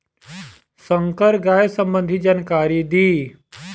संकर गाय सबंधी जानकारी दी?